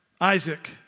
Isaac